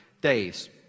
days